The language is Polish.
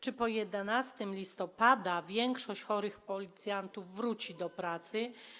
Czy po 11 listopada większość chorych policjantów wróci do pracy.